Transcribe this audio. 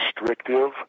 restrictive